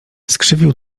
skrzywił